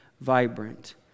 vibrant